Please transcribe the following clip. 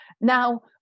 Now